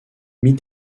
mis